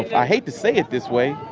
i hate to say it this way,